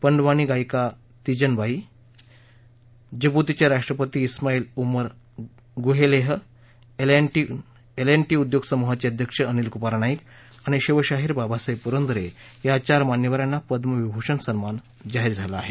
पंडवानी गायिका तीजनबाई जिबुतीचे राष्ट्रपती उमााळि उमर गुयेलेह L and T उद्योग समूहाचे अध्यक्ष अनिलकुमार नाईक आणि शिवशाहीर बाबासाहेब पुरंदरे या चार मान्यवरांना पद्मविभूषण सन्मान जाहीर झाला आहे